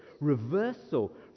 reversal